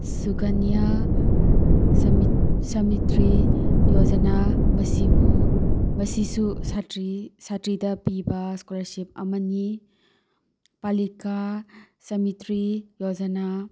ꯁꯨꯒꯟꯅꯤꯌꯥ ꯁꯃꯤꯠꯇ꯭ꯔꯤ ꯌꯣꯖꯅꯥ ꯃꯁꯤꯕꯨ ꯃꯁꯤꯁꯨ ꯁꯥꯠꯇ꯭ꯔꯤ ꯁꯥꯠꯇ꯭ꯔꯤꯗ ꯄꯤꯕ ꯏꯁꯀꯣꯂꯥꯔꯁꯤꯞ ꯑꯃꯅꯤ ꯄꯥꯂꯤꯀꯥ ꯁꯃꯤꯇ꯭ꯔꯤ ꯌꯣꯖꯅꯥ